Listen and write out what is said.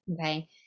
okay